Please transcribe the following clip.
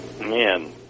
Man